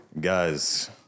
guys